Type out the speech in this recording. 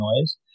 noise